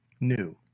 new